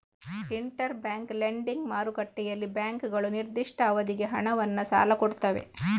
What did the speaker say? inter bank lending ಮಾರುಕಟ್ಟೆಯಲ್ಲಿ ಬ್ಯಾಂಕುಗಳು ನಿರ್ದಿಷ್ಟ ಅವಧಿಗೆ ಹಣವನ್ನ ಸಾಲ ಕೊಡ್ತವೆ